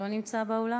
לא נמצא באולם?